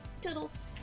Toodles